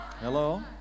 Hello